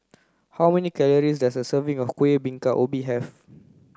how many calories does a serving of kuih bingka ubi have